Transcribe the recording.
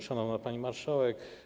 Szanowna Pani Marszałek!